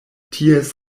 ties